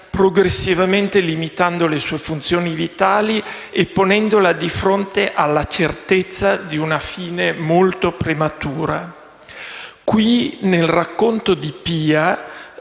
progressivamente limitando le sue funzioni vitali e ponendola di fronte alla certezza di una fine molto prematura. Qui, nel racconto di Pia,